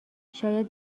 شاید